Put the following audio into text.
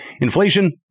Inflation